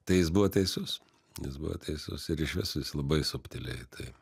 tai jis buvo teisus jis buvo teisus ir iš vis labai subtiliai į tai